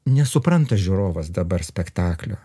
nesupranta žiūrovas dabar spektaklio